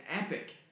epic